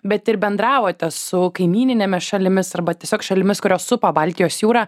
bet ir bendravote su kaimyninėmis šalimis arba tiesiog šalimis kurios supa baltijos jūrą